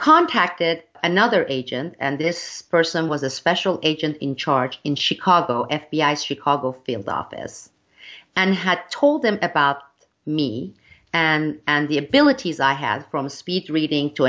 contacted another agent and this person was a special agent in charge in chicago f b i chicago field office and had told him about me and and the abilities i have from a speech reading to